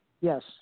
Yes